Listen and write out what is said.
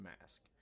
mask